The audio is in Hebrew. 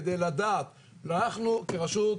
כדי לדעת ואנחנו כרשות,